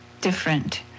different